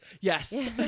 Yes